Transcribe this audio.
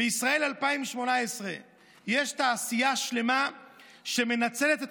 בישראל 2018 יש תעשייה שלמה שמנצלת את